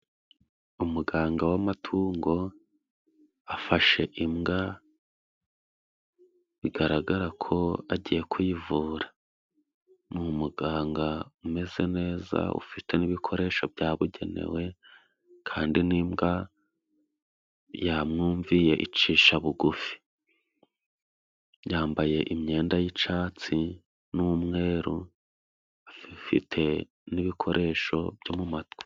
Umuganga w'amatungo afashe imbwa bigaragara ko agiye kuyivura nu muganga umeze neza ufite n'ibikoresho byabugenewe ,kandi n'imbwa yamwumviye icisha bugufi. yambaye imyenda y'icatsi n'umweru afite n'ibikoresho byo mu matwi.